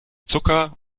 zucker